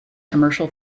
commercial